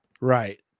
right